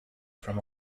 from